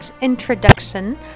introduction